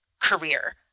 career